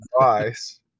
advice